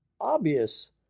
obvious